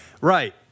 Right